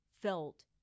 felt